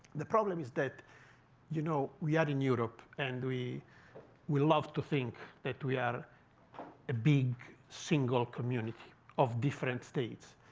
the problem is that you know we are in europe. and we we love to think that we are a big, single community of different states.